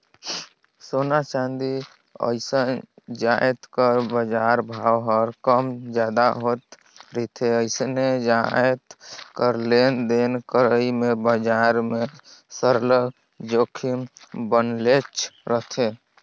सोना, चांदी असन जाएत कर बजार भाव हर कम जादा होत रिथे अइसने जाएत कर लेन देन करई में बजार में सरलग जोखिम बनलेच रहथे